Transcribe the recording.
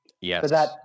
Yes